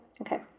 okay